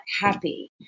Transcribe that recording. happy